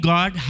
God